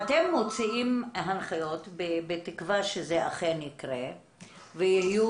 אתם מוציאים הנחיות בתקווה שזה אכן יקרה והן יהיו